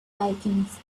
alchemist